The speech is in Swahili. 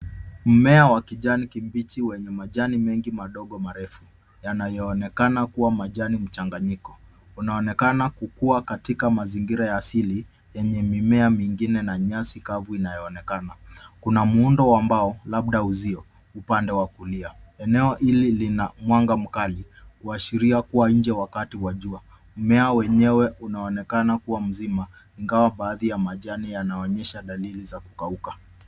Mmea wa kijani kibichi wenye majani mengi madogo marefu yanayoonekana kuwa majani mchanganyiko. Unaonekana kukua katika mazingira asili yenye mimea mingine na nyasi kavu inayoonekana. Kuna muundo wa mbao labda uzio upande wa kulia. Eneo hili lina mwanga mkali kuashiria kuwa nje ni wakati wa jua. Mmea wenyewe unaoonekana kuwa mzima ingawa baadhi ya majani yanaonyesha dalili za kukauka.